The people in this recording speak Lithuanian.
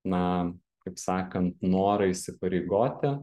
na kaip sakant norą įsipareigoti